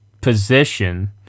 position –